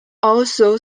also